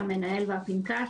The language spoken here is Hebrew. "המנהל" ו-"הפנקס"